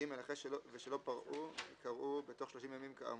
(ג)אחרי "ושלא פרעו" יקראו "בתוך שלושים ימים כאמור".